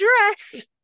dress